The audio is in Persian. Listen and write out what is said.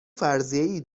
فرضیهای